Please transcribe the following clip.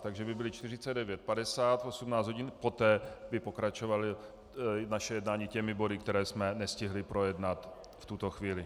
Takže by byly 49, 50 v 18 hodin, poté by pokračovalo naše jednání těmi body, které jsme nestihli projednat v tuto chvíli.